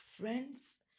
friends